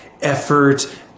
effort